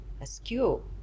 askew